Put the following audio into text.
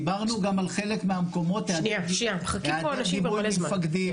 דיברנו גם על חלק מהמקומות העדר גיבוי ממפקדים.